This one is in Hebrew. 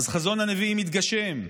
אז חזון הנביאים מתגשם.